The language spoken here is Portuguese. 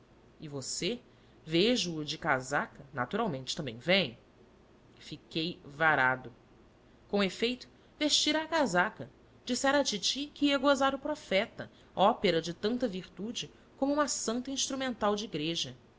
e você vejo o de casaca naturalmente também vem fiquei varado com efeito vestira a casaca dissera à titi que ia gozar o profeta ópera de tanta virtude como uma santa instrumental de igreja